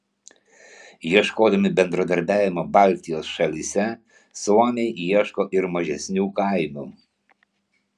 ieškodami bendradarbiavimo baltijos šalyse suomiai ieško ir mažesnių kainų